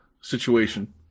situation